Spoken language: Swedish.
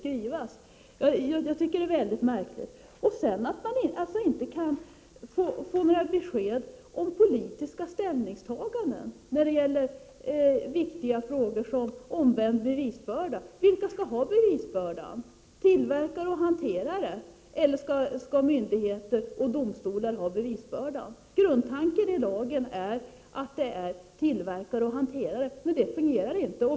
Jag anser att detta resonemang är mycket märkligt. Sedan kan man inte få några besked om politiska ställningstaganden när det gäller viktiga frågor såsom detta med omvänd bevisbörda. Vilka är det som skall ha bevisbördan? Tillverkare och hanterare eller domstolar och myndigheter? Grundtanken i lagen är att det är tillverkare och hanterare, men det fungerar inte.